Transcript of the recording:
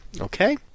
Okay